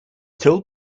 told